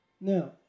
Now